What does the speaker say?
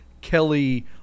Kelly –